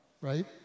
right